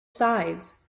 sides